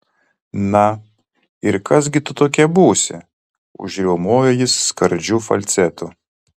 na ir kas gi tu tokia būsi užriaumojo jis skardžiu falcetu